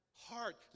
heart